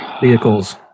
vehicles